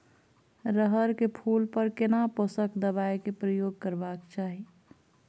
रहर के फूल पर केना पोषक दबाय के प्रयोग करबाक चाही?